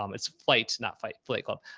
um it's flight, not fight flight club.